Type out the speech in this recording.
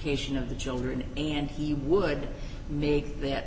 cation of the children and he would make that